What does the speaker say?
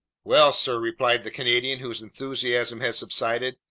well, sir, replied the canadian, whose enthusiasm had subsided,